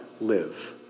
live